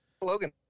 Logan